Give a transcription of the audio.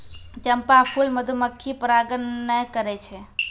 चंपा फूल मधुमक्खी परागण नै करै छै